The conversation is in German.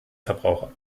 verbraucher